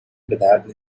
بدرد